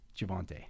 Javante